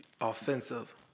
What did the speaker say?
offensive